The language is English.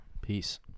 Peace